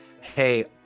hey